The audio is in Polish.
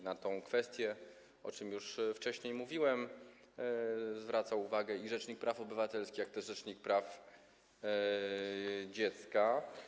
Na tę kwestię, o czym już wcześniej mówiłem, zwracali uwagę rzecznik praw obywatelskich, jak również rzecznik praw dziecka.